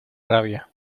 rabia